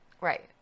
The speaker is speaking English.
Right